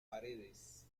paredes